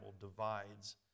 divides